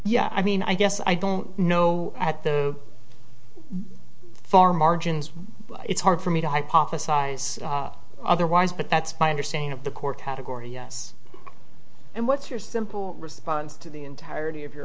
yeah i mean i guess i don't know at the far margins it's hard for me to hypothesize otherwise but that's my understanding of the core category yes and what's your simple response to the entirety of your